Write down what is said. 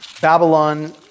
Babylon